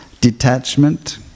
Detachment